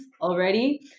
already